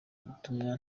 ubutumwa